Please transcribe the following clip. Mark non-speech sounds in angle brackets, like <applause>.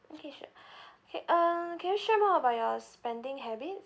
okay sure <breath> K uh can you share more about your spending habit